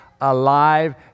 alive